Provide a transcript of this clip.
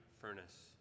furnace